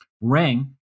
Ring